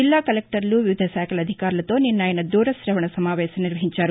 జిల్లా కలెక్టర్లు వివిధ శాఖల అధికారులతో నిన్న ఆయన దూర శ్రవణ సమావేశం నిర్వహించారు